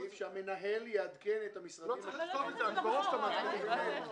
איך את מתייחסת להערה שהיא אמרה שזה סטנדרט בחקיקה?